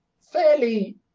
Fairly